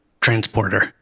transporter